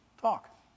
talk